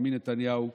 את נתב"ג